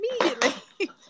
immediately